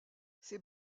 ces